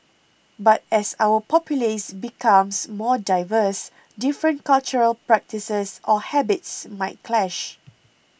but as our populace becomes more diverse different cultural practices or habits might clash